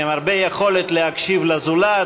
עם הרבה יכולת להקשיב לזולת,